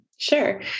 Sure